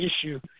issue